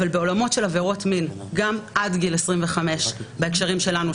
אבל בעולמות של עבירות מין גם עד גיל 25 בהקשרים שלנו,